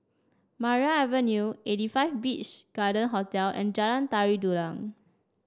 Maria Avenue eighty five Beach Garden Hotel and Jalan Tari Dulang